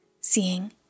Seeing